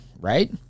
right